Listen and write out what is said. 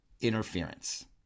interference